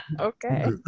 Okay